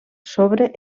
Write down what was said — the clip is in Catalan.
sobre